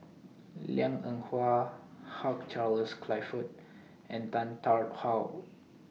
Liang Eng Hwa Hugh Charles Clifford and Tan Tarn How